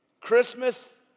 Christmas